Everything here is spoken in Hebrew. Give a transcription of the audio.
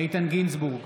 איתן גינזבורג,